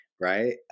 right